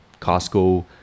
costco